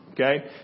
Okay